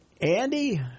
Andy